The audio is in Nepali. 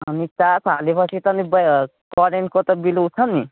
अनि चार्ज हालेपछि त नि करेन्टको त बिल उठ्छ नि